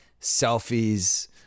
selfies